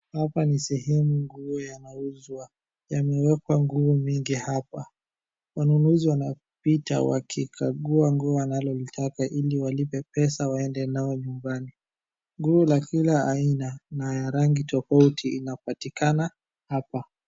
Hapa ni sehemu nguo yanauzwa. Yamewekwa nguo mingi hapa. Wanunuzi wanapita wakikagua nguo wanalolitaka ili walipe pesa waende nayo nyumbani. Nguo ya kila aina na ya rangi tofauti inapatikana hapa.